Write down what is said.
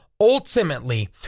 ultimately